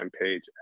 page